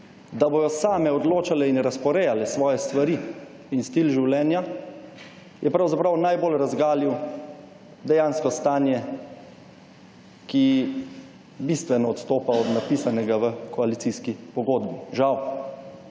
da bodo same odločale in razporejale svoje stvari in stil življenja, je pravzaprav najbolj razgalil dejansko stanje, ki bistveno odstopa od napisanega v koalicijski pogodbi. Žal.